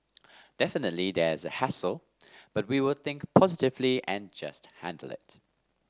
definitely there's a hassle but we will think positively and just handle it